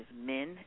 men